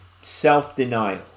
self-denial